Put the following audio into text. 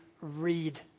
read